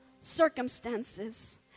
circumstances